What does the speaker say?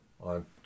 On